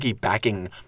Backing